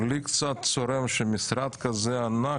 לי קצת צורם שמשרד כזה ענק,